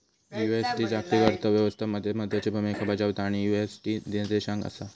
USD जागतिक अर्थ व्यवस्था मध्ये महत्त्वाची भूमिका बजावता आणि यु.एस.डी निर्देशांक असा